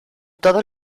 todos